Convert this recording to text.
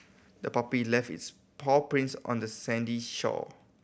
the puppy left its paw prints on the sandy shore